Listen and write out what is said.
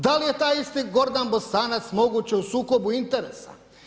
Da li je taj isti Gordan Bosanac moguće u sukobu interesa?